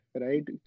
right